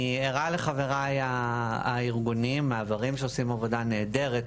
אני ערה לחבריי הארגונים מעברים שעושים עבודה נהדרת,